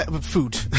Food